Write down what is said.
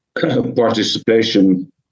participation